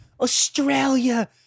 australia